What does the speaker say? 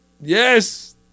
Yes